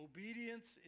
Obedience